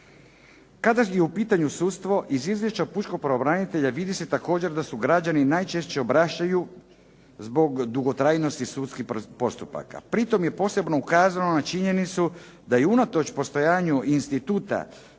Kada je u pitanju sudstvo, iz izvješća pučkog pravobranitelja vidi se također da se građani najčešće obrušuju zbog dugotrajnosti sudskih postupaka. Pri tom je posebno ukazano na činjenicu da je unatoč postojanju instituta